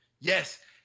Yes